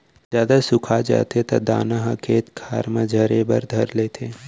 जादा सुखा जाथे त दाना ह खेत खार म झरे बर धर लेथे